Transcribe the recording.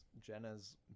Jenna's